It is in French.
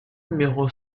numéro